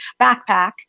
Backpack